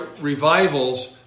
revivals